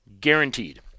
guaranteed